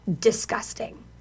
Disgusting